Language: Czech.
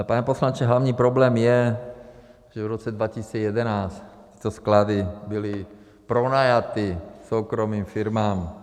Ale pane poslanče, hlavní problém je, že v roce 2011 tyto sklady byly pronajaty soukromým firmám.